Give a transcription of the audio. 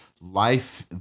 life